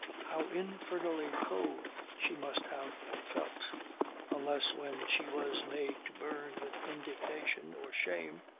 how infernally cold she must have felt unless when she was made to burn with indignation or shame.